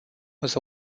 was